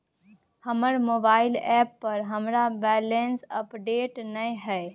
हमर mobile app पर हमरा बैलेंस अपडेट नय हय